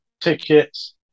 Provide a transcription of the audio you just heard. tickets